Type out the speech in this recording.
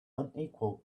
unequal